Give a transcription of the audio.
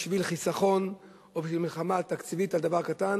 בשביל חיסכון או בשביל מלחמה תקציבית על דבר קטן,